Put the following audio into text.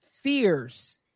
fears